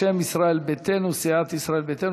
בשם סיעת ישראל ביתנו,